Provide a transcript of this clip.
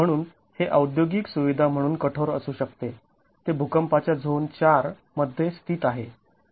म्हणून हे औद्योगिक सुविधा म्हणून कठोर असू शकते ते भूकंपाच्या झोन IV मध्ये स्थित आहे